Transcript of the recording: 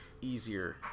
easier